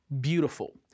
beautiful